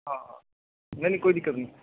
ਹਾਂ ਨਹੀਂ ਨਹੀਂ ਕੋਈ ਦਿੱਕਤ ਨਹੀਂ